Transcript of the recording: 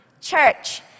Church